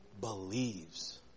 Believes